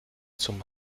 zum